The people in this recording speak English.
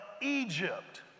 Egypt